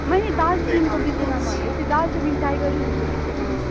मैले दार्जिलिङको विषयमा भन्दै थिएँ दार्जिलिङ टाइगरहिलको विषयमा